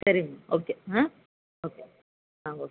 ಸರಿ ಓಕೆ ಹಾಂ ಓಕೆ ಹಾಂ ಓಕೆ